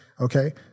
Okay